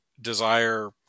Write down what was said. desire